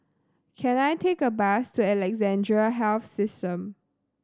can I take a bus to Alexandra Health System